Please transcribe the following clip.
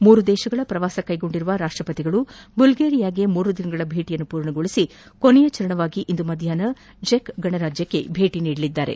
ಮೂರು ದೇಶಗಳ ಪ್ರವಾಸ ಕೈಗೊಂಡಿರುವ ರಾಷ್ಟ ಪತಿ ಅವರು ಬಲ್ಗೇರಿಯಾಗೆ ಮೂರು ದಿನಗಳ ಭೇಟಿಯನ್ನು ಪೂರ್ಣಗೊಳಿಸಿ ಕೊನೆಯ ಚರಣವಾಗಿ ಇಂದು ಮಧ್ಯಾಹ್ವ ಚೆಕ್ ಗಣರಾಜ್ಯಕ್ಕೆ ಭೇಟಿ ನೀಡಲಿದ್ದಾರೆ